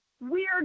weird